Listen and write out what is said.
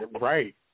Right